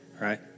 right